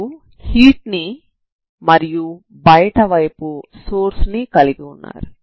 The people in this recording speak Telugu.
మీరు హీట్ ని మరియు బయట వైపు సోర్స్ ని కలిగి ఉన్నారు